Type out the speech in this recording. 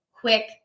quick